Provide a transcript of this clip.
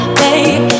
babe